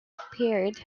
appeared